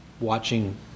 watching